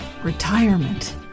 Retirement